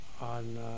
on